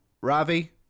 ravi